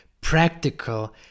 practical